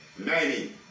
Ninety